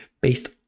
based